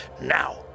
now